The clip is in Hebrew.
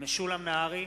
משולם נהרי,